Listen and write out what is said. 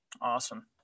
awesome